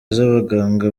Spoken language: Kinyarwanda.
z’abaganga